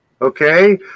Okay